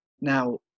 now